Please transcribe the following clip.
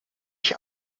ich